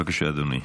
בבקשה, אדוני.